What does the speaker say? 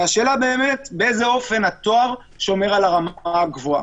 והשאלה היא באיזה אופן התואר שומר על רמה גבוהה.